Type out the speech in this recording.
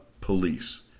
police